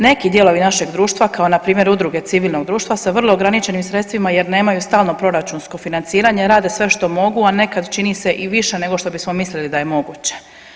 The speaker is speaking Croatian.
Neki dijelovi našeg društva kao npr. udruge civilnog društva sa vrlo ograničenim sredstvima jer nemaju stalno proračunsko financiranje rade sve što mogu, a nekad čini se i više nego što bismo mislili da je moguće.